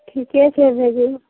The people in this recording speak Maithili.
ठीके छै भेजू